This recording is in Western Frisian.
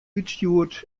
útstjoerd